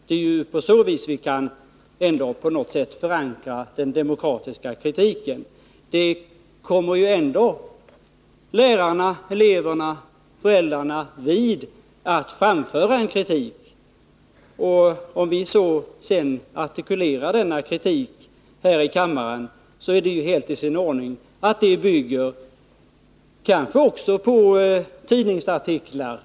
Det är ju på så vis vi kan förankra den demokratiska kritiken. Det kommer ändå lärarna, eleverna och föräldrarna vid att framföra kritik, och om vi sedan artikulerar denna kritik här i kammaren, är det helt i sin ordning. Den kritik vi framför kan också bygga på tidningsartiklar.